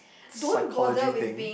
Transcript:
psychology thing